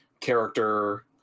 character